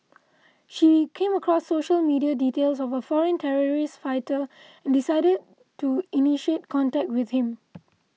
she came across social media details of a foreign terrorist fighter decided to initiate contact with him